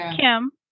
Kim